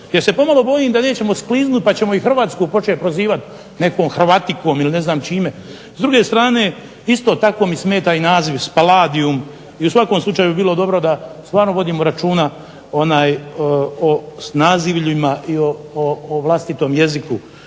Ja se pomalo bojim da nećemo skliznuti pa ćemo i Hrvatsku početi prozivati nekom Hrvatikom, ili ne znam čime. S druge strane isto tako mi smeta i naziv Spaladijum, i u svakom slučaju bi bilo dobro da stvarno vodimo računa o nazivljima i o vlastitom jeziku.